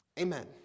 Amen